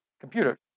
computer